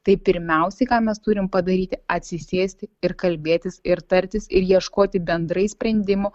tai pirmiausiai ką mes turim padaryti atsisėsti ir kalbėtis ir tartis ir ieškoti bendrai sprendimų